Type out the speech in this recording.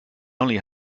only